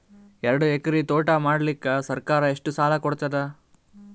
ಎರಡು ಎಕರಿ ತೋಟ ಮಾಡಲಿಕ್ಕ ಸರ್ಕಾರ ಎಷ್ಟ ಸಾಲ ಕೊಡತದ?